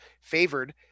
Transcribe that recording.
favored